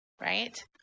right